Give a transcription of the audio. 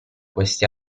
questi